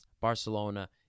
Barcelona